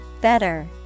Better